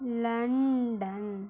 London